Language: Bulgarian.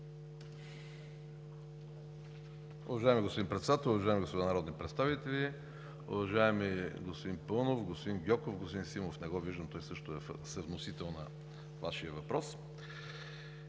Уважаеми господин Председател, уважаеми господа народни представители, уважаеми господин Паунов, господин Гьоков! Господин Симов не виждам – той също е съвносител на Вашия въпрос.